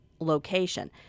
Location